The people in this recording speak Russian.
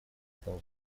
этом